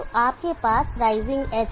तो आपके पास राइजिंग एज है